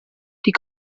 die